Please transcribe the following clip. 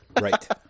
right